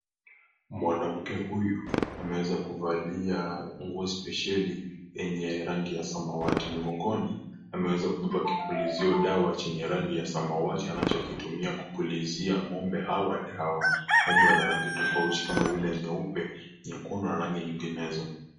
Mwanamke huyu, emeweza kuvalia, nguo sipesheli yenye rangi ya samawati. Mgongoni ameweza kubeba kupulizio dawa chenye rangi ya samawati, anachotumia kupulizia ng'ombe hawa dawa.Ng'ombe Wana rangi tofauti kama vile, nyeupe, nyekundu na rangi zinginezo.